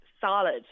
solid